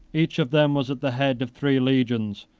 each of them was at the head of three legions,